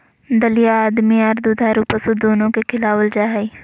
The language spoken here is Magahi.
दलिया आदमी आर दुधारू पशु दोनो के खिलावल जा हई,